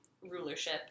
rulership